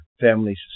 families